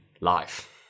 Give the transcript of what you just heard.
life